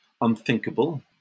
unthinkable